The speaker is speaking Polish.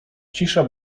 cisza